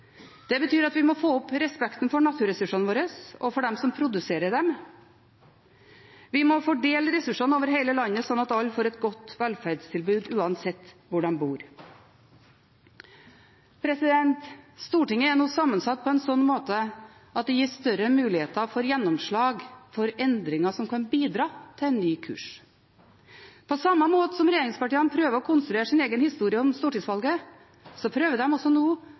Det betyr at vi må få opp respekten for naturressursene våre og for dem som produserer dem. Vi må fordele ressursene over hele landet, slik at alle får et godt velferdstilbud uansett hvor de bor. Stortinget er nå sammensatt på en slik måte at det gir større muligheter for gjennomslag for endringer som kan bidra til en ny kurs. På samme måte som regjeringspartiene prøver å konstruere sin egen historie om stortingsvalget, prøver de nå også